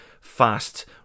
fast